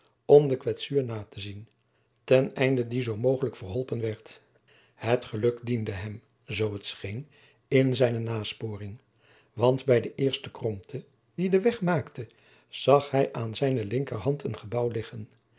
om de kwetsuur na te zien ten einde die zoo mogelijk verholpen werd het geluk diende hem zoo t scheen in zijne nasporing want bij de eerste kromte die de weg maakte zag hij aan zijne linkerhand een gebouw liggen